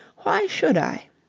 why should i?